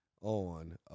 on